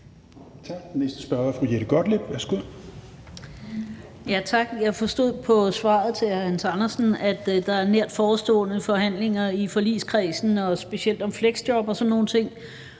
Jeg forstod på svaret til hr. Hans Andersen, at der er nært forestående forhandlinger i forligskredsen og specielt om fleksjob og sådan nogle ting,